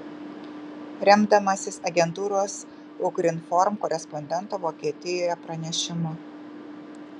remdamasis agentūros ukrinform korespondento vokietijoje pranešimu